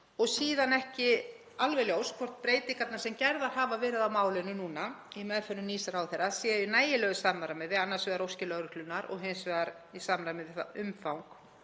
Síðan er ekki alveg ljóst hvort breytingarnar sem gerðar hafa verið á málinu núna í meðförum nýs ráðherra séu í nægilegu samræmi við annars vegar óskir lögreglunnar og hins vegar í samræmi við umfang